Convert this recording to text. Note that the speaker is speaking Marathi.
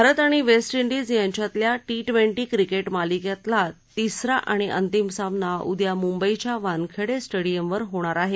भारत आणि वेस्ट डीज यांच्यातल्या टी ट्वेंटी क्रिकेट मालिकेतला तिसरा आणि अंतिम सामना उद्या मुंबईच्या वानखेडे स्टेडियमवर होणार आहे